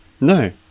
No